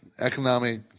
economic